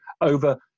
over